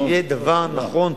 שיהיה דבר נכון,